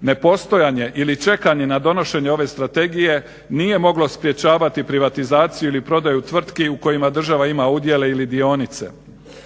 Nepostojanje ili čekanje na donošenje ove strategije nije moglo sprječavati privatizaciju ili prodaju tvrtki u kojima država ima udjele ili dionice.